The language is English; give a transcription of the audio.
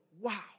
wow